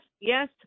yes